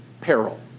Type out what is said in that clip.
peril